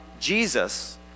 Jesus